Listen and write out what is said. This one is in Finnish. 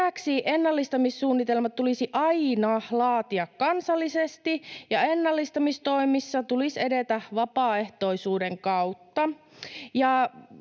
Lisäksi ennallistamissuunnitelmat tulisi aina laatia kansallisesti ja ennallistamistoimissa tulisi edetä vapaaehtoisuuden kautta.